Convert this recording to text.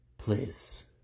Please